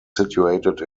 situated